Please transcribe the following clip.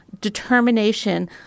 determination